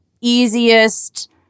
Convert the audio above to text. easiest